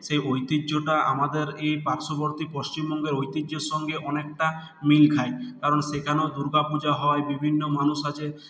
সেই ঐতিহ্যটা আমাদের এই পার্শ্ববর্তী পশ্চিমবঙ্গের ঐতিহ্যের সঙ্গে অনেকটা মিল খায় কারণ সেখানেও দুর্গা পূজা হয় বিভিন্ন মানুষ আছে